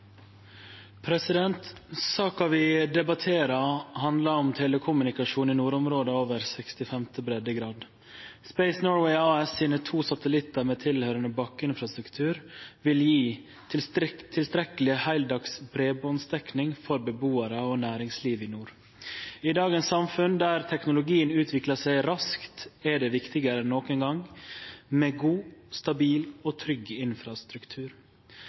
til. Saka vi debatterer, handlar om telekommunikasjon i nordområda nord for 65. breddegrad. Space Norway AS’ to satellittar med tilhøyrande bakkeinfrastruktur vil gje tilstrekkeleg heildags breibanddekning for bebuarar og næringsliv i nord. I dagens samfunn, der teknologien utviklar seg raskt, er det viktigare enn nokon gong med god, stabil og trygg infrastruktur.